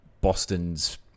Boston's